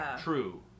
True